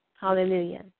Hallelujah